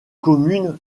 commune